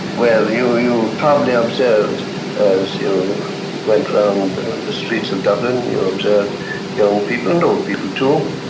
well, you you probably observed as you went around the streets of dublin you observed young people, and old people too,